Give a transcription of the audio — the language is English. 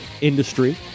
industry